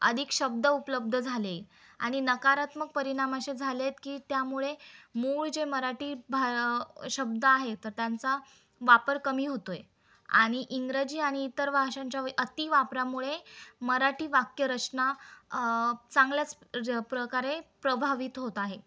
अधिक शब्द उपलब्ध झाले आणि नकारात्मक परिणाम असे झाले आहेत की त्यामुळे मूळ जे मराठी भा शब्द आहे तर त्यांचा वापर कमी होतो आहे आणि इंग्रजी आणि इतर भाषांच्या अति वापरामुळे मराठी वाक्यरचना चांगल्याच प्रकारे प्रभावित होत आहे